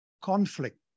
conflict